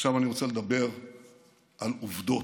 עכשיו אני רוצה לדבר על עובדות.